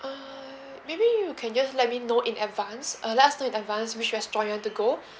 uh maybe you can just let me know in advance uh let us know in advance which restaurant you want to go